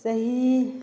ꯆꯍꯤ